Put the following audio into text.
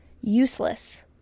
Useless